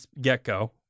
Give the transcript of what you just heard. get-go